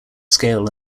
scale